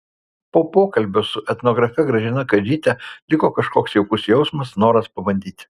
po pokalbio su etnografe gražina kadžyte liko kažkoks jaukus jausmas noras pabandyti